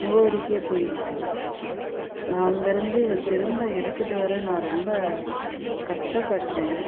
முகவரிக்கே போயிடுச்சு நான் அங்கே இருந்து இதை திரும்ப எடுத்துகிட்டு வர நான் ரொம்ப கஷ்டப்பட்டேன்